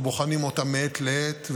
אנחנו בוחנים את ההוראות מעת לעת,